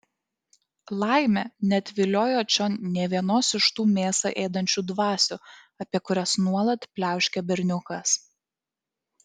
laimė neatviliojo čion nė vienos iš tų mėsą ėdančių dvasių apie kurias nuolat pliauškia berniukas